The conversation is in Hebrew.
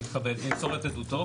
להתכבד ולמסור את עדותו,